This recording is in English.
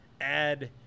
add